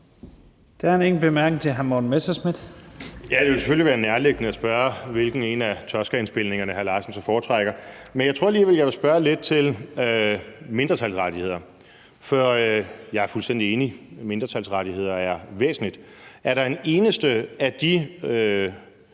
Det ville selvfølgelig være nærliggende at spørge, hvilken af »Tosca«-indspilningerne hr. Steffen Larsen så foretrækker, men jeg tror alligevel, jeg vil spørge lidt til mindretalsrettigheder, for jeg er fuldstændig enig i, at mindretalsrettigheder er væsentlige. Er der en eneste af de